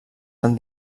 tan